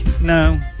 No